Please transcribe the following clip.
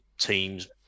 teams